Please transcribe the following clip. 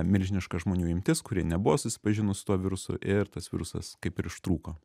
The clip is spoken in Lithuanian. milžiniška žmonių imtis kurie nebuvo susipažinus su tuo virusu ir tas virusas kaip ir ištrūko